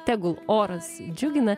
tegul oras džiugina